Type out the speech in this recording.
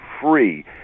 free